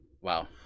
Wow